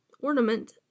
ornament